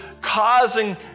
causing